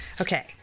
Okay